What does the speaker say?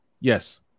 Yes